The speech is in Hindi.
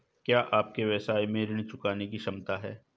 क्या आपके व्यवसाय में ऋण चुकाने की क्षमता है?